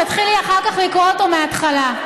תתחילי אחר כך לקרוא אותו מהתחלה.